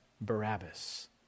Barabbas